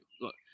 look